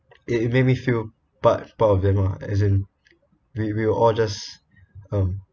it it made me feel part part of them lah as in we we're all just um